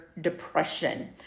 depression